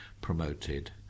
promoted